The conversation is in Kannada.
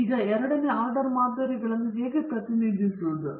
ಸರಿ ಈಗ ನಾವು ಎರಡನೇ ಆರ್ಡರ್ ಮಾದರಿಗಳನ್ನು ಹೇಗೆ ಪ್ರತಿನಿಧಿಸುತ್ತೇವೆ